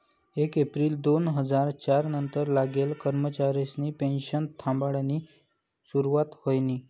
येक येप्रिल दोन हजार च्यार नंतर लागेल कर्मचारिसनी पेनशन थांबाडानी सुरुवात व्हयनी